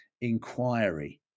inquiry